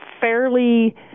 fairly